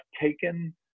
taken